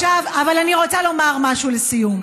אבל אני רוצה לומר משהו לסיום.